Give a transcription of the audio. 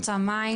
את רוצה מים?